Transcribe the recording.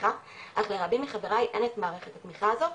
בתמיכה אך לרבים מחבריי אין את מערכת התמיכה הזאת,